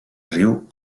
riu